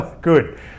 Good